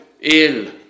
ill